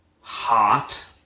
hot